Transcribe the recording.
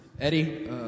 Eddie